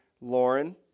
Lauren